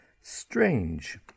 strange